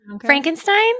Frankenstein